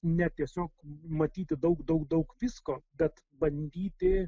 ne tiesiog matyti daug daug daug visko bet bandyti